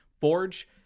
Forge